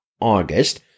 August